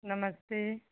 नमस्ते